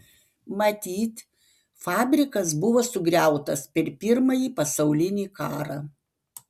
matyt fabrikas buvo sugriautas per pirmąjį pasaulinį karą